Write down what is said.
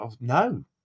No